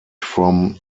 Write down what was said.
from